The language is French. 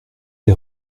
les